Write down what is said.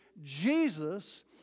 Jesus